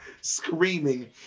screaming